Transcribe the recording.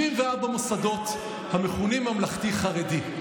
74 מוסדות המכונים ממלכתי-חרדי.